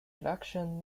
election